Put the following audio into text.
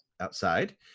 outside